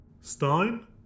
Stein